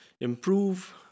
improve